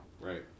Right